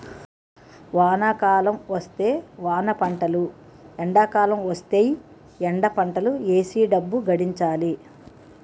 వానాకాలం వస్తే వానపంటలు ఎండాకాలం వస్తేయ్ ఎండపంటలు ఏసీ డబ్బు గడించాలి